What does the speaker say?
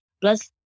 Plus